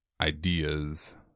ideas